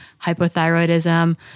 hypothyroidism